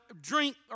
drink